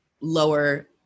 lower